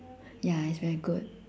ya it's very good